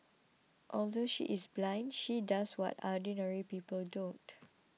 although she is blind she does what ordinary people don't